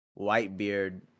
Whitebeard